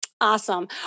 Awesome